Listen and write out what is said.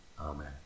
Amen